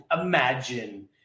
Imagine